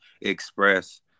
express